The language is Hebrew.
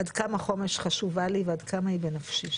עד כמה חומש חשובה לי ועד כמה היא בנפשי.